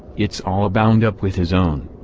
it's all bound up with his own,